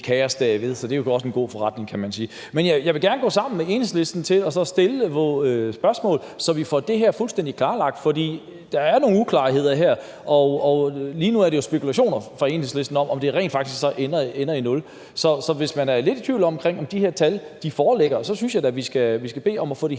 kaos derved, så det er jo også en god forretning, kan man sige. Men jeg vil gerne gå sammen med Enhedslisten om at stille et spørgsmål, så vi får det her fuldstændig klarlagt, for der er nogle uklarheder her, ja, og lige nu er det jo spekulationer fra Enhedslisten om, om det rent faktisk så ender i nul. Så hvis man er lidt i tvivl om, om de her tal foreligger, så synes jeg da, vi skal bede om at få de